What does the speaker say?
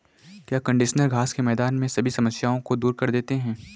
क्या कंडीशनर घास के मैदान में सभी समस्याओं को दूर कर देते हैं?